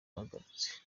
bagarutse